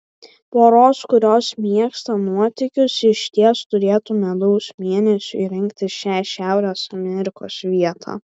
poros kurios mėgsta nuotykius išties turėtų medaus mėnesiui rinktis šią šiaurės amerikos vietą